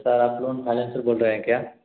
sir आप loan financer बोल रहें क्या